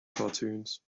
cartoons